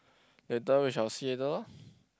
later we shall see later lor